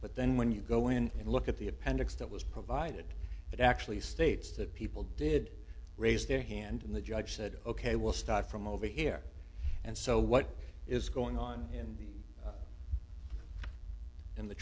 but then when you go in and look at the appendix that was provided that actually states that people did raise their hand and the judge said ok we'll start from over here and so what is going on in the in the